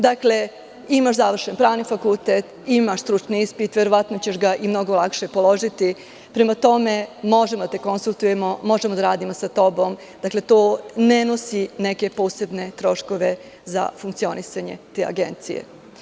Dakle, imaš završen pravni fakultet, imaš stručni ispit, verovatno ćeš ga i mnogo lakše položiti, prema tome, možemo da se konsultujemo, možemo da radimo sa tobom i to ne nosi neke posebne troškove za funkcionisanje te agencije.